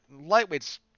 Lightweight's